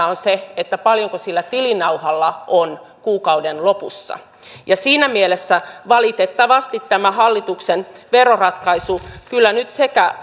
on se paljonko sillä tilinauhalla on kuukauden lopussa siinä mielessä valitettavasti tämä hallituksen veroratkaisu kyllä nyt sekä